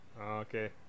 okay